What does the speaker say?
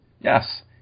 Yes